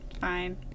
fine